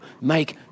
make